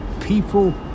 people